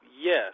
Yes